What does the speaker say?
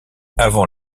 avant